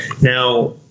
Now